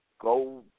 go